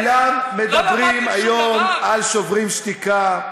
כולם מדברים היום על "שוברים שתיקה"